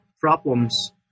problems